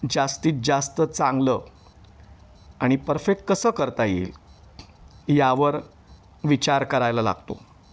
जास्तीत जास्त चांगलं आणि परफेक्ट कसं करता येईल यावर विचार करायला लागतो